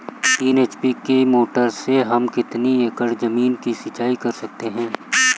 तीन एच.पी की मोटर से हम कितनी एकड़ ज़मीन की सिंचाई कर सकते हैं?